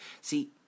See